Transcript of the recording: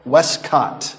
Westcott